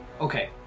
Okay